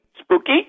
Spooky